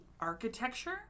architecture